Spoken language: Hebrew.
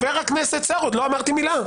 חבר הכנסת סער, עוד לא אמרתי מילה.